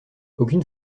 aucune